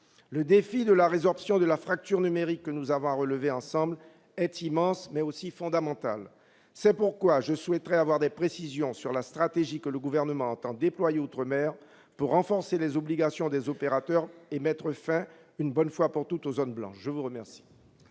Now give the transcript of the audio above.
le défi de la résorption de la fracture numérique que nous avons à relever ensemble est immense, mais aussi fondamental. C'est pourquoi je souhaiterais avoir des précisions sur la stratégie que le Gouvernement entend déployer outre-mer pour renforcer les obligations des opérateurs et mettre fin, une bonne fois pour toutes, aux zones blanches. La parole